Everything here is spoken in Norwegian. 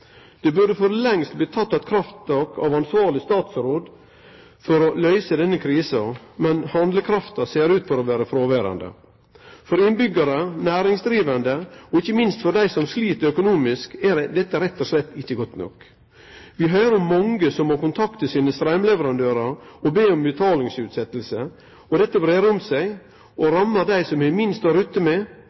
Det burde for lengst vore teke eit krafttak av ansvarleg statsråd for å løyse denne krisa, men handlekrafta ser ut til å vere fråverande. For innbyggjarar, næringsdrivande og ikkje minst for dei som slit økonomisk, er dette rett og slett ikkje godt nok. Vi hører om mange som må kontakte sine straumleverandørar og be om betalingsutsetjing. Dette breier seg, og rammar dei som har minst å rutte med,